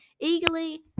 Eagerly